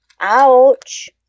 OUCH